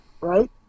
right